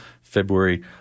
February